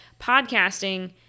podcasting